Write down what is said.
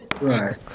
Right